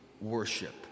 worship